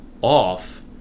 off